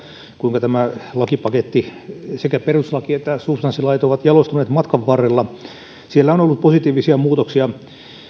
kuinka tämä lakipaketti sekä perustuslaki että substanssilait on jalostunut matkan varrella siellä on ollut positiivisia muutoksia